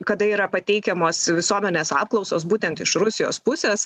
kada yra pateikiamos visuomenės apklausos būtent iš rusijos pusės